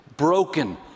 broken